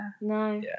No